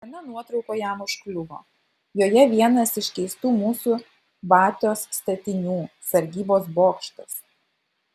viena nuotrauka jam užkliuvo joje vienas iš keistų mūsų batios statinių sargybos bokštas